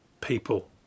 people